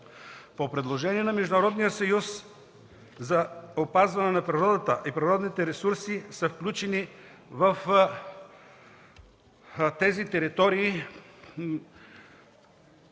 По предложение на Международния съюз за опазване на природата и природните ресурси в тези територии